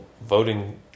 voting